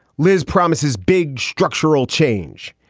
liz promises big structural change.